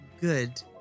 good